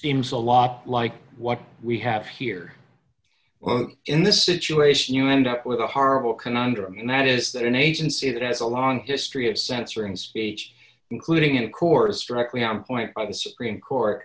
seems a lot like what we have here in this situation you end up with a horrible conundrum and that is that an agency that has a long history of censoring speech including of course directly on point by the supreme